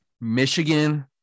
Michigan